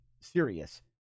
serious